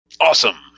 Awesome